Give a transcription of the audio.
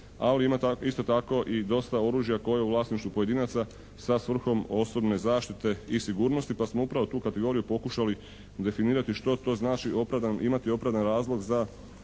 ali ima isto tako i dosta oružja koje je u vlasništvu pojedinaca sa svrhom osobne zaštite i sigurnosti pa smo upravo tu kategoriju pokušali definirati što to znači imati opravdani razlog za